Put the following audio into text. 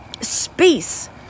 space